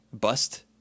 bust